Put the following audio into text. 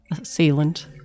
assailant